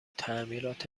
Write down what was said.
تعمیرات